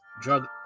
drug